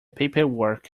paperwork